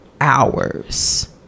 hours